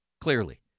Clearly